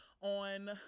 on